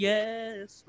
Yes